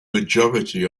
majority